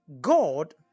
God